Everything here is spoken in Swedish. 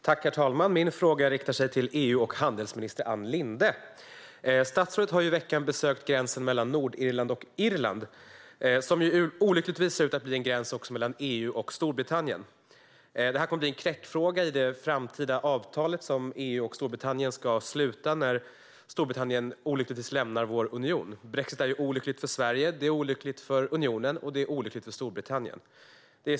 Herr talman! Min fråga riktar sig till EU och handelsminister Ann Linde. Statsrådet har i veckan besökt gränsen mellan Nordirland och Irland, som olyckligtvis ser ut att bli en gräns också mellan EU och Storbritannien. Det här kommer att bli en knäckfråga i det framtida avtal som EU och Storbritannien ska sluta när Storbritannien olyckligtvis lämnar vår union. Brexit är ju olyckligt för Sverige, olyckligt för unionen och olyckligt för Storbritannien.